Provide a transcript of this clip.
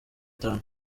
itanu